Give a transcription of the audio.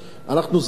אנחנו זכינו,